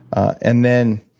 and then.